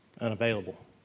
unavailable